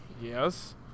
Yes